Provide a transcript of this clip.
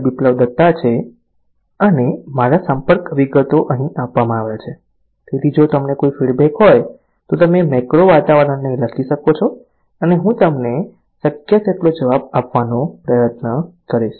બિપ્લબ દત્તા છે અને મારા સંપર્કો અહીં આપવામાં આવ્યા છે તેથી જો તમને કોઈ ફીડબેક હોય તો તમે મેક્રો વાતાવરણને લખી શકો છો અને હું તમને શક્ય તેટલો જવાબ આપવાનો પ્રયત્ન કરીશ